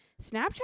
Snapchat